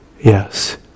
Yes